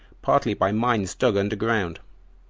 partly by mines dug under ground,